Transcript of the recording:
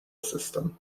system